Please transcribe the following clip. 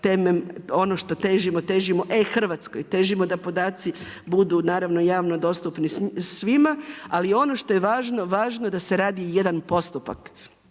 ono što težimo, težimo e-Hrvatskoj, težimo da podaci budu naravno i javno dostupni svima ali i ono što je važno, važno je da se radi jedan postupak.